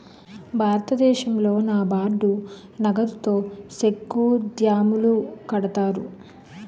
భారతదేశంలో నాబార్డు నగదుతో సెక్కు డ్యాములు కడతారు